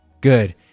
Good